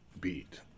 beat